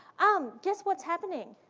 um guess what's happening?